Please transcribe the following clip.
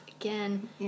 again